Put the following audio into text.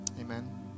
Amen